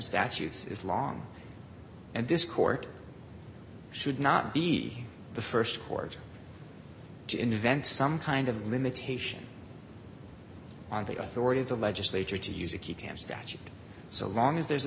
statutes is long and this court should not be the st court to invent some kind of limitation on the authority of the legislature to use a key time statute so long as there's a